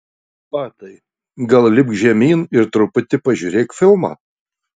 patai gal lipk žemyn ir truputį pažiūrėk filmą